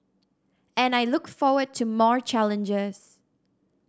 and I look forward to more challenges